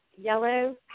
yellow